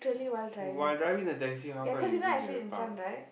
while driving the taxi how come you give him the palm